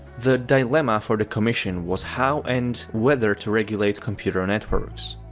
the dilemma for the commission was how and whether to regulate computer networks.